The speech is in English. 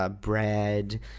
bread